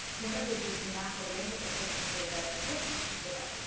one of which is to map the range of infrastructure that whoops, go back.